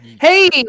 Hey